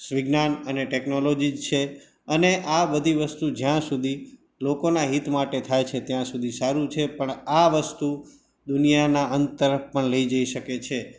વિજ્ઞાન અને ટેક્નોલોજી છે અને આ બધી વસ્તુ જ્યાં સુધી લોકોના હિત માટે થાય છે ત્યાં સુધી સારું છે પણ આ વસ્તુ દુનિયાના અંત તરફ પણ લઈ જઈ શકે છે